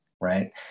right